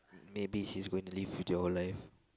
maybe he is going to live with their old life